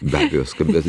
be abejo skambėtų